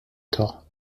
thor